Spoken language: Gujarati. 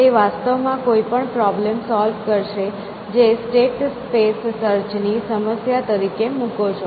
તે વાસ્તવમાં કોઈ પણ પ્રોબ્લેમ સોલ્વ કરશે જે સ્ટેટ સ્પેસ સર્ચ ની સમસ્યા તરીકે મૂકો છો